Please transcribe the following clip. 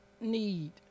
need